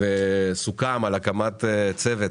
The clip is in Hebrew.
שבה סוכם על הקמת צוות